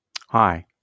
Hi